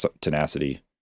tenacity